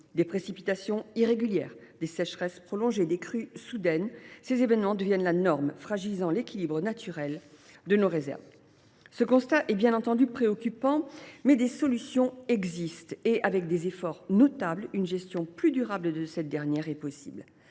les précipitations irrégulières, les sécheresses prolongées ou encore les crues soudaines sont autant d’événements qui deviennent la norme et fragilisent l’équilibre naturel de nos réserves. Ce constat est bien entendu préoccupant, mais des solutions existent : avec des efforts notables, une gestion plus durable de la ressource est possible.